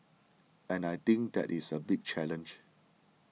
and I think that is a big challenge